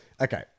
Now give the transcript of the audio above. Okay